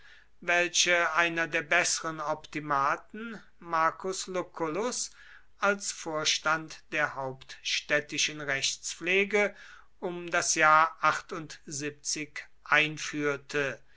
welche einer der besseren optimaten marcus lucullus als vorstand der hauptstädtischen rechtspflege um das jahr einführte